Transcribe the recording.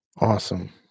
Awesome